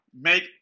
make